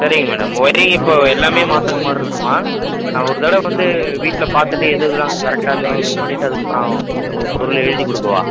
சரிங்க madam wiring இப்போ எல்லாமே மாற்றுற மாதிரி இருக்குமா நான் ஒரு தடவை வந்து வீட்டில் பார்த்துட்டு எது எதுல்லாம் அங்கே கரெக்டாக இருக்குன்னு நான் செக் பண்ணிவிட்டு அதற்கப்பறம் உங்களுக்கு பொருள் எழுதிக் கொடுக்கவா